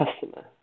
customer